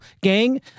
gang